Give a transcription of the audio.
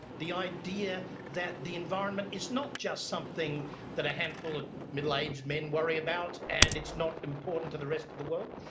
the idea that the environment is not just something that a handful of middle-aged men worry about and it's not important to the rest of the world,